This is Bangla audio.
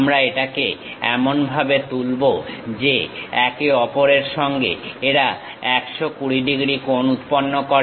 আমরা এটাকে এমন ভাবে তুলবো যে একে অপরের সঙ্গে এরা 120 ডিগ্রী কোণ উৎপন্ন করে